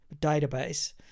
database